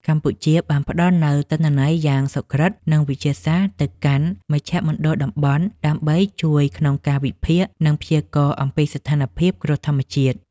កម្ពុជាបានផ្តល់នូវទិន្នន័យយ៉ាងសុក្រឹត និងវិទ្យាសាស្ត្រទៅកាន់មជ្ឈមណ្ឌលតំបន់ ដើម្បីជួយក្នុងការវិភាគ និងព្យាករណ៍អំពីស្ថានភាពគ្រោះធម្មជាតិ។